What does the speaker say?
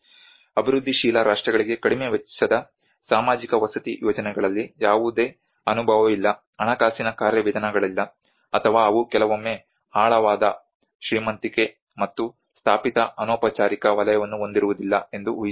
ಅಭಿವೃದ್ಧಿಶೀಲ ರಾಷ್ಟ್ರಗಳಿಗೆ ಕಡಿಮೆ ವೆಚ್ಚದ ಸಾಮಾಜಿಕ ವಸತಿ ಯೋಜನೆಗಳಲ್ಲಿ ಯಾವುದೇ ಅನುಭವವಿಲ್ಲ ಹಣಕಾಸಿನ ಕಾರ್ಯವಿಧಾನಗಳಿಲ್ಲ ಅಥವಾ ಅವು ಕೆಲವೊಮ್ಮೆ ಆಳವಾದ ಶ್ರೀಮಂತಿಕೆ ಮತ್ತು ಸ್ಥಾಪಿತ ಅನೌಪಚಾರಿಕ ವಲಯವನ್ನು ಹೊಂದಿರುವುದಿಲ್ಲ ಎಂದು ಉಹಿಸಿಕೊಳ್ಳಿ